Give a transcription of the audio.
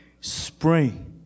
spring